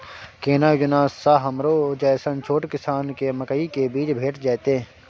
केना योजना स हमरो जैसन छोट किसान के मकई के बीज भेट जेतै?